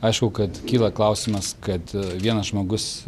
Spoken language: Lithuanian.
aišku kad kyla klausimas kad vienas žmogus